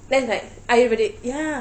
then it's like I everyday ya